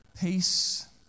peace